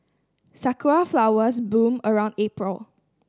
sakura flowers bloom around April